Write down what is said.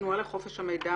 התנועה לחופש המידע,